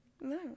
No